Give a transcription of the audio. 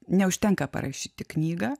neužtenka parašyti knygą